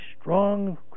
strong